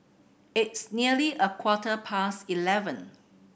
its nearly a quarter past eleven